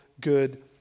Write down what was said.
good